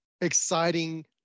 exciting